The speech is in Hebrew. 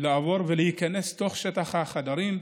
לעבור מקומה לקומה ולהיכנס לתוך שטח החדרים.